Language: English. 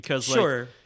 Sure